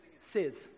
says